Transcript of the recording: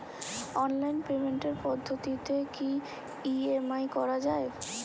Online পেমেন্টের পদ্ধতিতে কি ই.এম.আই করা যায়?